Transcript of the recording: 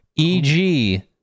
EG